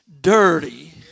dirty